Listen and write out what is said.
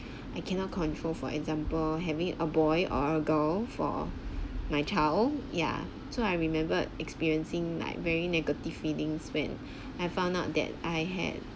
I cannot control for example having a boy or a girl for my child yeah so I remembered experiencing like very negative feelings when I found out that I had